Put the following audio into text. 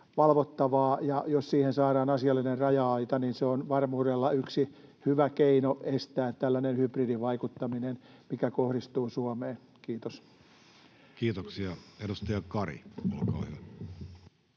valvottavaa. Jos siihen saadaan asiallinen raja-aita, niin se on varmuudella yksi hyvä keino estää tällainen hybridivaikuttaminen, mikä kohdistuu Suomeen. — Kiitos. Kiitoksia. — Edustaja Kari, olkaa hyvä.